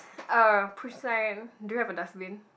uh do you have a dustbin